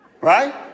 Right